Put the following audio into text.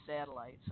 satellites